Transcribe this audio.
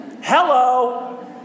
Hello